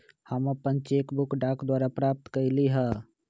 हम अपन cheque book डाक द्वारा प्राप्त कईली ह